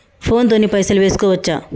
Phone తోని పైసలు వేసుకోవచ్చా?